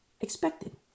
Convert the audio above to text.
expected